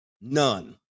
None